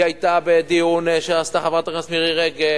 היא היתה בדיון שעשתה חברת הכנסת מירי רגב,